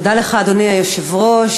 אדוני היושב-ראש,